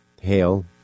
Hail